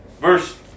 verse